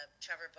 Trevor